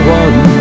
one